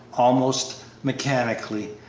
almost mechanically,